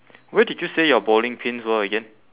where did you say your bowling pins were again